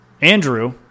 Andrew